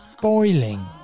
boiling